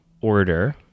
order